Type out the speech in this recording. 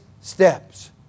steps